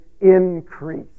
increase